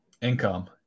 income